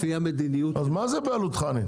אז מה זה בעלות חנ"י?